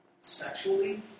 sexually